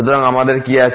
সুতরাং আমাদের কি আছে